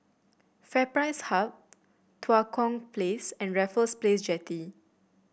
FairPrice Hub Tua Kong Place and Raffles Place Jetty